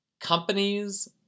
Companies